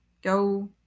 Go